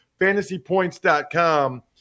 FantasyPoints.com